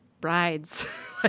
brides